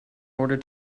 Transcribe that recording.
order